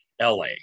LA